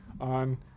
on